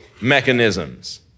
mechanisms